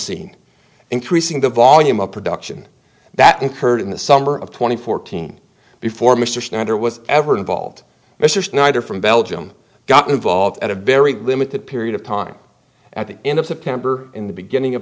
scene increasing the volume of production that incurred in the summer of two thousand and fourteen before mr snyder was ever involved mr snyder from belgium got involved at a very limited period of time at the end of september in the beginning of